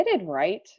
right